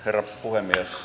herra puhemies